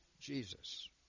Jesus